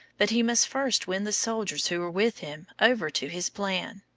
but he must first win the soldiers who were with him over to his plan.